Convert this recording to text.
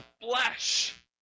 flesh